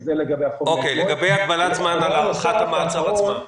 לגבי הגבלת זמן הארכת המעצר עצמה?